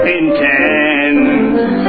intense